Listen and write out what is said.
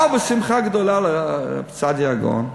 באו בשמחה גדולה לרב סעדיה גאון,